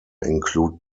include